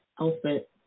outfit